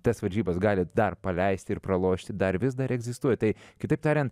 tas varžybas gali dar paleisti ir pralošti dar vis dar egzistuoja tai kitaip tariant